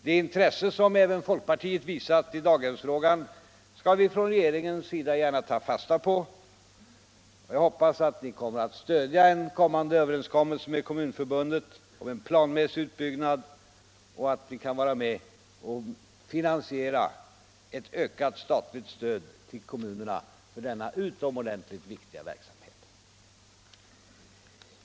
Det intresse som även folkpartiet visat i daghemsfrågan skall regeringen ta fasta på. Jag hoppas att ni skall stödja en kommande överenskommelse med Kommunförbundet om en planmässig utbyggnad och att ni kan vara med om att finansiera ett ökat statligt stöd till kommunerna för denna utomordentligt viktiga verksamhet.